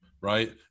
right